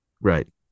Right